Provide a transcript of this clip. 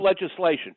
legislation